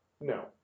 No